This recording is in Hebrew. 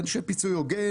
אני חושב פיצוי הוגן